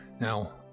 Now